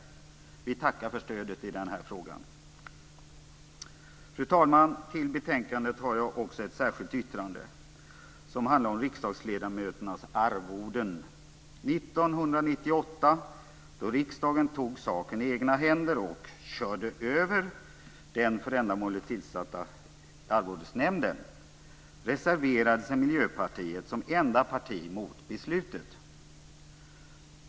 Vi tackar för stödet i denna fråga. Fru talman! Till betänkandet har jag också fogat ett särskilt yttrande som handlar om riksdagsledamöternas arvoden. 1998 då riksdagen tog saken i egna händer och körde över den för ändamålet tillsatta Arvodesnämnden reserverade sig Miljöpartiet som enda parti mot beslutet.